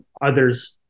others